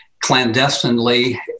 clandestinely